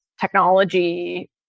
technology